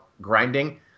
grinding